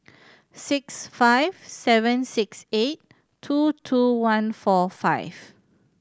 six five seven six eight two two one four five